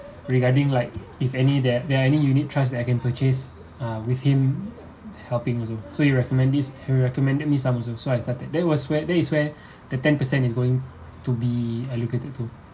regarding like if any that there are any unit trusts that I can purchase uh with him helping also so you recommend these he recommended me some also so I started there was where there is where the ten percent is going to be allocated to